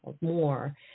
more